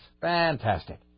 Fantastic